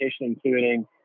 including